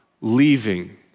leaving